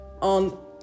on